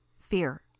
Fear